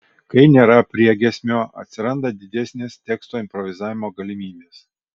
kai nėra priegiesmio atsiranda didesnės teksto improvizavimo galimybės